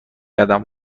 قدم